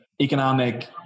economic